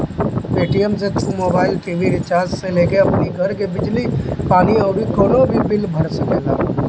Paytm से तू mobile, TV recharge से लेके अपनी घर के बिजली पानी अउरी कवनो भी बिल भर सकेला